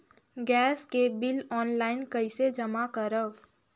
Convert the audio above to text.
Gas के bill online कइसे जमा करव?